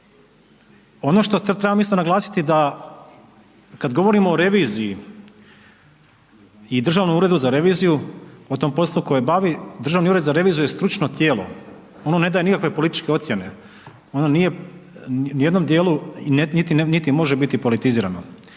Ono što trebam isto naglasiti da kada govorimo o reviziji i Državnom uredu za reviziju o tom poslu koji bavi, Državni ured za reviziju je stručno tijelo, ono ne daje nikakve političke ocjene, ono nije ni u jednom dijelu niti može biti politizirano.